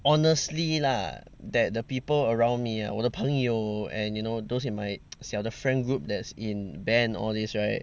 honestly lah that the people around me ah 我的朋友 and you know those in my 小的 friend group that's in band all these right